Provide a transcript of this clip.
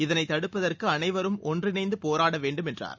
இதனை தடுப்பதற்கு அனைவரும் ஒன்றிணைந்து போராட வேண்டும் என்றார்